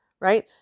right